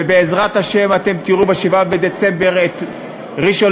ובעזרת השם, אתם תראו ב-7 בדצמבר את ראשון-לציון,